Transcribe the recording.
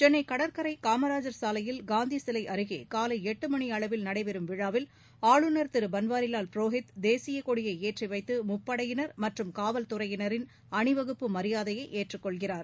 சென்னை கடற்கரை காமராஜ் சாலையில் காந்தி சிலை அருகே காலை எட்டு மணியளவில் நடைபெறும் விழாவில் ஆளுநர் திரு பன்வாரிலால் புரோகித் தேசிய கொடியை ஏற்றி வைத்து முப்படையினர் மற்றும் காவல்துறையினரின் அணிவகுப்பு மரியாதையை ஏற்றுக்கொள்கிறார்